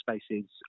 spaces